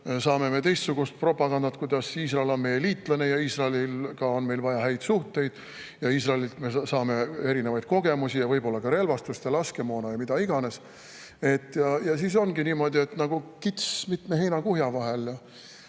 saame me teistsugust propagandat, kuidas Iisrael on meie liitlane ja Iisraeliga on meil vaja häid suhteid, Iisraelilt me saame erinevaid kogemusi ja võib-olla ka relvastust ja laskemoona ja mida iganes. Siis me olemegi niimoodi nagu kits mitme heinakuhja vahel.